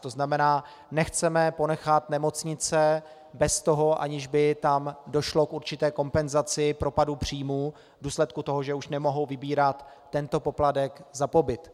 To znamená, nechceme ponechat nemocnice bez toho, že by tam došlo k určité kompenzaci propadu příjmů v důsledku toho, že už nemohou vybírat tento poplatek za pobyt.